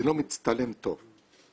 זה לא מצטלם טוב.